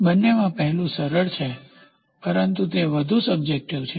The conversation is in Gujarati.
બંનેમાં પહેલું સરળ છે પરંતુ તે વધુ સબ્જેક્ટીવ છે